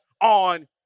on